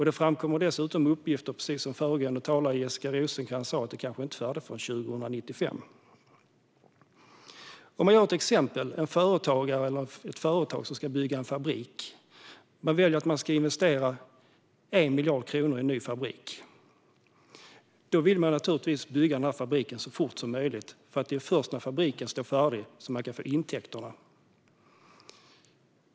Det framkommer dessutom uppgifter, precis som föregående talare Jessica Rosencrantz sa, om att det kanske inte är färdigt förrän 2095. Jag ska ta ett exempel. Ett företag ska bygga en fabrik, och man ska investera 1 miljard i fabriken. Då vill man naturligtvis bygga denna fabrik så fort som möjligt, eftersom det är först när fabriken står färdig som man kan få intäkter.